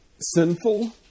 sinful